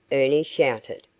ernie shouted.